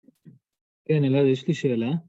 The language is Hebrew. כן, נראה לי יש לי שאלה